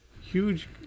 huge